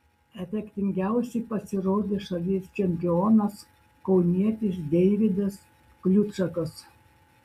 efektingiausiai pasirodė šalies čempionas kaunietis deividas kliučakas